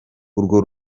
urwo